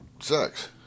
Sex